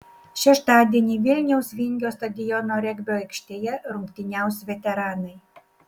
šeštadienį vilniaus vingio stadiono regbio aikštėje rungtyniaus veteranai